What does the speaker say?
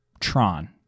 Tron